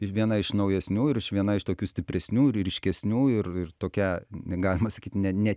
ir viena iš naujesnių ir iš viena iš tokių stipresnių ir ryškesnių ir ir tokia ne galima sakyt ne ne